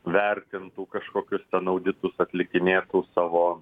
vertintų kažkokius auditus atlikinėtų savo